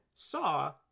Saw